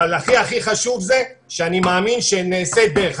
אבל הכי הכי חשוב זה שאני מאמין שנעשית דרך.